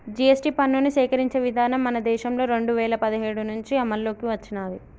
GST పన్నుని సేకరించే విధానం మన దేశంలో రెండు వేల పదిహేడు నుంచి అమల్లోకి వచ్చినాది